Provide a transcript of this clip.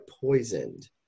poisoned